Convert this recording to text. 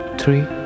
three